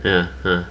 ya 是吗